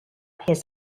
his